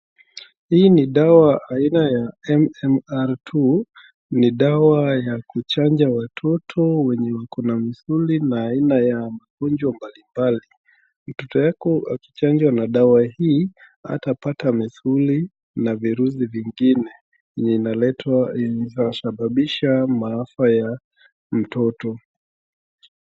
Hii ni dawa aina ya MMR two ni dawa ya kuchanja watoto wenye wao na misuli na aina ya magonjwa mbalimbali, mtoto wako akichanjwa na dawa hii hatapata misuli na virusi vingine yenye inaletwa na inasababisha maafa ya mtoto.